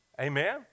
amen